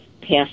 passed